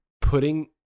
putting